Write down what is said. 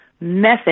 method